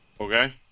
Okay